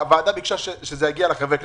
הוועדה ביקשה שזה יגיע לחברי הכנסת,